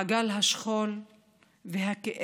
מעגל השכול והכאב